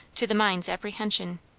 to the mind's apprehension.